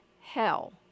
hell